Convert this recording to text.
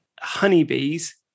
honeybees